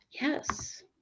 Yes